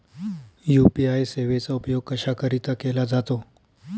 UPI सेवेचा उपयोग कशाकरीता केला जातो?